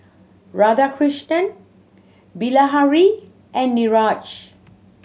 Radhakrishnan Bilahari and Niraj